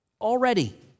already